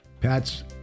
Pats